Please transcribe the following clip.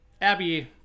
Abby